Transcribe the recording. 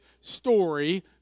story